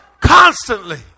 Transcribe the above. constantly